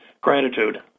gratitude